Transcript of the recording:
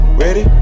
ready